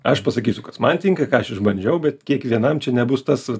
aš pasakysiu kas man tinka ką aš išbandžiau bet kiekvienam čia nebus tas